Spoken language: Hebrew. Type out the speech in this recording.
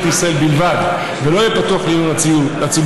ישראל בלבד ולא יהיה פתוח לעיון הציבור,